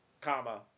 comma